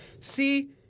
see